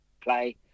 play